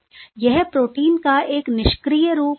यह प्रोटीन का एक निष्क्रिय रूप है